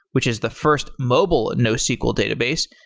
which is the first mobile nosql database,